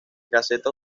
gaceta